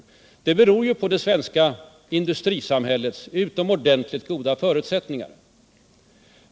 Det beror ju på det svenska industrisamhällets utomordentligt goda förutsättningar.